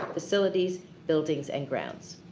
facilities, buildings and grounds.